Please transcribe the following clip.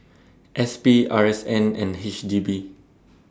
S P R S N and H D B